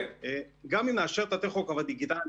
גם אם נאשר את הטכוגרף הדיגיטלי,